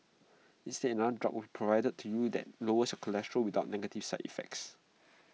instead another drug would be provided to you that lowers your cholesterol without negative side effects